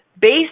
based